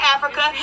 Africa